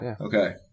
okay